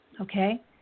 Okay